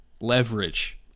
leverage